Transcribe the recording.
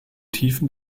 tiefen